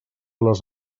les